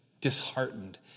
disheartened